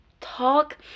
talk